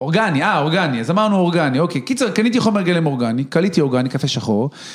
אורגני, אה אורגני, אז אמרנו אורגני, אוקיי, קיצר, קניתי חומר גלם אורגני, קליתי אורגני, קפה שחור